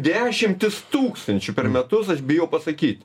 dešimtis tūkstančių per metus aš bijau pasakyt